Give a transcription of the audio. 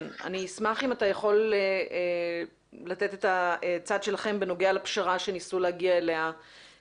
אני אשמח אם תוכל לתת את הצד שלכם בנוגע לפשרה אליה ניסו להגיע ב-2016.